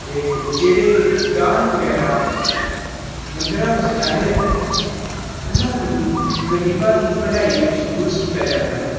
ਅਤੇ ਜਿਹੜੇ ਦਾਨ ਵਗੈਰਾ ਮੰਦਰਾਂ ਵਿੱਚ ਜਾਂਦੇ ਹਨ ਉਹਨਾਂ ਨੂੰ ਵੀ ਗਰੀਬਾਂ ਦੀ ਭਲਾਈ ਵਿੱਚ ਯੂਜ ਕੀਤਾ ਜਾਂਦਾ ਹੈ